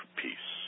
peace